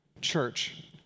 church